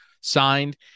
signed